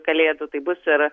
kalėdų taip bus ir